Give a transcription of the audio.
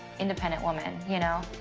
independent woman, you know.